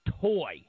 toy